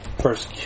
first